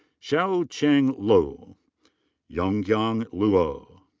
shaocheng luo. yonggang luo.